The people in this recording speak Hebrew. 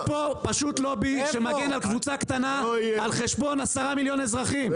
יש פה פשוט לובי שמגן על קבוצה קטנה על חשבון עשרה מיליון אזרחים,